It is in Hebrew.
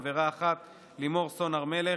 חברה אחת: לימור סון הר מלך,